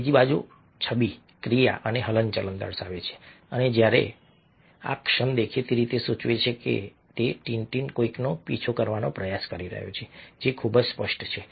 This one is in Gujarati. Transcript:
બીજી બાજુ બીજી છબી ક્રિયા અને હલનચલન દર્શાવે છે અને જ્યારે આ ક્ષણ દેખીતી રીતે સૂચવે છે કે તે છે ટીન ટીન કોઈકનો પીછો કરવાનો પ્રયાસ કરી રહ્યો છે જે ખૂબ જ સ્પષ્ટ છે